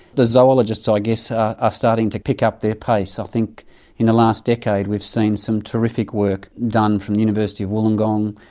the zoologists i guess are starting to pick up their pace. i think in the last decade we've seen some terrific work done from the university of wollongong,